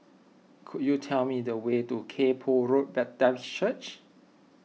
could you tell me the way to Kay Poh Road Baptist Church